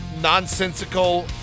nonsensical